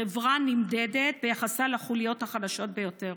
חברה נמדדת ביחסה לחוליות החלשות ביותר,